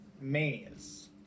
manias